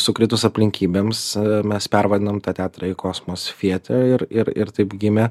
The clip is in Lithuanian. sukritus aplinkybėms mes pervadinom tą teatrą į kosmos theatre ir ir ir taip gimė